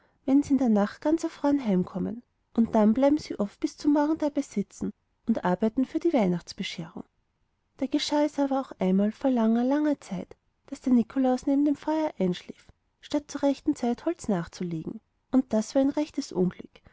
wenn sie in der nacht ganz erfroren heimkommen und dann bleiben sie oft bis zum morgen dabei sitzen und arbeiten für die weihnachtsbescherung da geschah es aber einmal vor langer langer zeit daß der nikolaus neben dem feuer einschlief statt zur rechten zeit holz nachzulegen und das war ein rechtes unglück